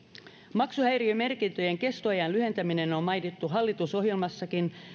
maksuhäiriömerkintöjen kestoajan lyhentäminen on mainittu hallitusohjelmassakin